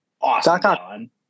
awesome